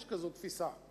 יש כזו תפיסה.